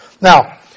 Now